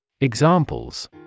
Examples